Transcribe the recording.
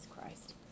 Christ